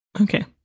Okay